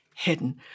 hidden